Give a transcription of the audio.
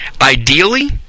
Ideally